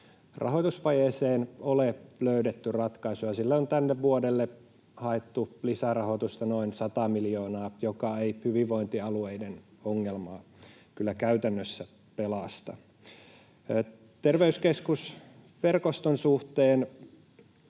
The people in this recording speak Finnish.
rahoitusvajeeseen ole löydetty ratkaisuja, ja sille on tälle vuodelle haettu lisärahoitusta noin 100 miljoonaa, joka ei hyvinvointialueiden ongelmaa kyllä käytännössä pelasta. Terveyskeskusverkoston suhteen